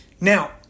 Now